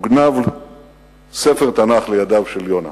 הוגנב ספר תנ"ך לידיו של יונה.